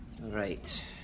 Right